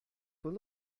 full